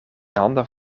handen